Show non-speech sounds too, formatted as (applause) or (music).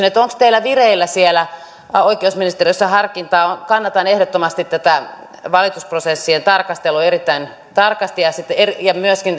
(unintelligible) että onko teillä vireillä siellä oikeusministeriössä harkintaa prosessien keventämisestä kannatan ehdottomasti tätä valitusprosessien tarkastelua erittäin tarkasti ja myöskin (unintelligible)